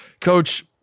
Coach